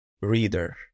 reader